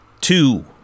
two